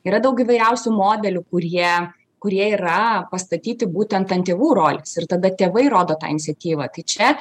yra daug įvairiausių modelių kurie kurie yra pastatyti būtent ant tėvų rolės ir tada tėvai rodo tą iniciatyvą tai čia